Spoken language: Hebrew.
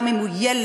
גם אם הוא ילד,